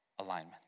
alignment